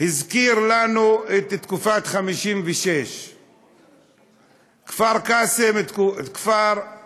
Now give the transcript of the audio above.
זה הזכיר לנו את תקופת 1956. כפר קאסם הוא יישוב